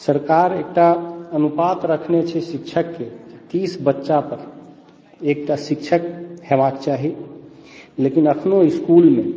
सरकार एकटा अनुपात रखने छै शिक्षक के तीस बच्चा पर एकटा शिक्षक होयबाके चाही लेकिन इसकुल मे